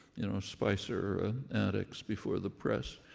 you know, spicer antics before the press.